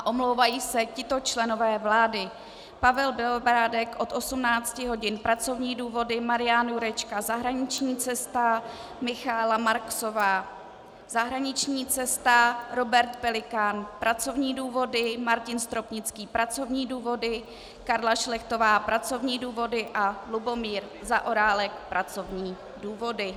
Omlouvají se tito členové vlády: Pavel Bělobrádek od 18 hodin pracovní důvody, Marian Jurečka zahraniční cesta, Michaela Marksová zahraniční cesta, Robert Pelikán pracovní důvody, Martin Stropnický pracovní důvody, Karla Šlechtová pracovní důvody a Lubomír Zaorálek pracovní důvody.